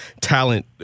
talent